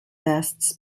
vests